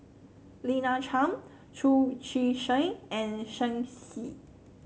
Lina Chiam Chu Chee Seng and Shen Xi